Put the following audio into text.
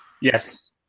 Yes